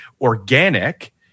organic